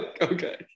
Okay